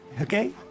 Okay